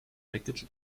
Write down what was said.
package